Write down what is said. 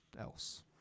else